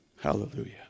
Hallelujah